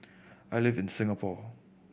I live in Singapore